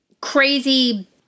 crazy